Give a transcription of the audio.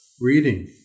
reading